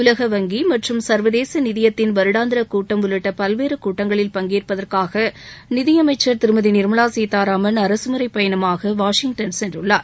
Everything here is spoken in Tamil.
உலக வங்கி சர்வதேச நிதியத்தின் வருடாந்திர கூட்டம் உள்ளிட்ட பல்வேற கூட்டங்களில் பங்கேற்பதற்காக நிதியமைச்சள் திருமதி நிர்மலா சீதாராமன் அரசு முறை பயணமாக வாஷிங்டன் சென்றுள்ளார்